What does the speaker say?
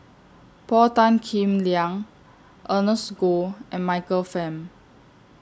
Paul Tan Kim Liang Ernest Goh and Michael Fam